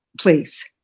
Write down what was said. please